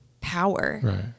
power